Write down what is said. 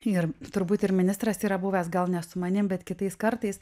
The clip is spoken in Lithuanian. ir turbūt ir ministras yra buvęs gal ne su manim bet kitais kartais